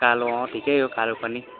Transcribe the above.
कालो अँ ठिकै हो कालो पनि